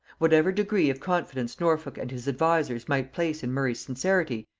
whatever degree of confidence norfolk and his advisers might place in murray's sincerity,